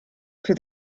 for